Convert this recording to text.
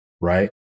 right